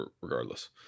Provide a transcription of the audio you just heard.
regardless